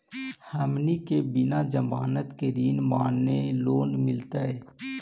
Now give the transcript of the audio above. हमनी के बिना जमानत के ऋण माने लोन मिलतई?